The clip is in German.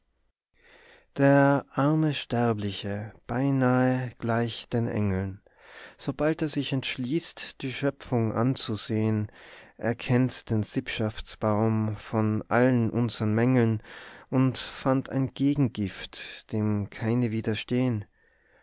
der arme sterbliche beinahe gleich den engeln sobald er sich entschließt die schöpfung anzusehn er kennt den sipschaftsbaum von allen unsern mängeln und fand ein gegengift dem keine